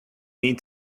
need